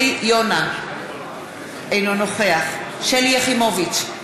אינו נוכח שלי יחימוביץ,